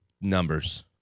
numbers